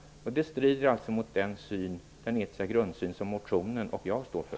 Det strider mot den etiska grundsyn som vi motionärer står för.